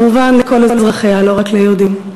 כמובן לכל אזרחיה, לא רק ליהודים.